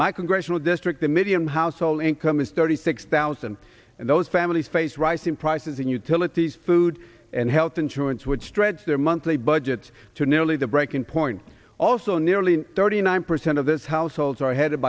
my congressional district the median household income is thirty six thousand and those families face rising prices and utilities food and health insurance would stretch their monthly budgets to nearly the breaking point also nearly thirty nine percent of this households are headed